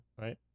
right